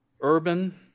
urban